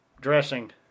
dressing